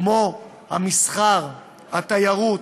כמו המסחר, התיירות,